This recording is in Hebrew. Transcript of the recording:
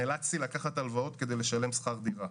נאלצתי לקחת הלוואות כדי לשלם שכר דירה.